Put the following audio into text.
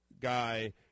guy